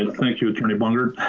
and thank you, attorney bungert.